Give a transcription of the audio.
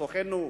בתוכנו,